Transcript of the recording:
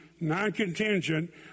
non-contingent